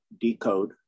Decode